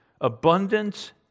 abundance